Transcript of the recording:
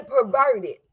perverted